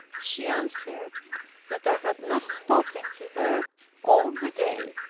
she answered that i had not spoken to her all the day.